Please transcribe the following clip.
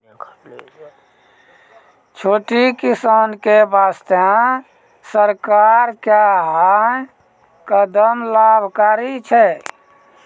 छोटो किसान के वास्तॅ सरकार के है कदम लाभकारी छै